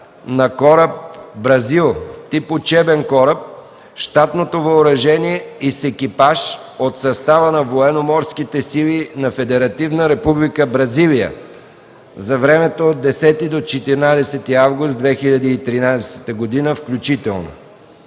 на кораба „BRAZIL”, тип „учебен кораб”, с щатното въоръжение и с екипаж от състава на военноморските сили на Федеративна република Бразилия за времето от 10 до 14 август 2013 г., включително.